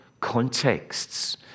contexts